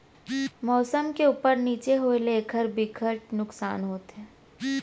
मउसम के उप्पर नीचे होए ले एखर बिकट नुकसानी होथे